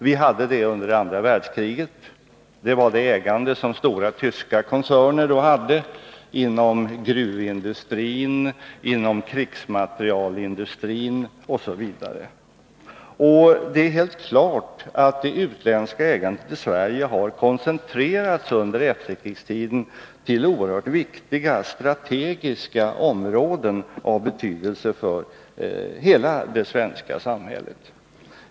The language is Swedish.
Det förekom under andra världskriget att stora tyska koncerner hade ägarinflytande inom gruvindustrin, krigsmaterielindustrin osv. Det är helt klart att det utländska ägandet i Sverige under efterkrigstiden har koncentrerats till olika viktiga strategiska områden av betydelse för hela det svenska samhället.